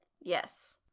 yes